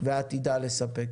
ועתידה לספק.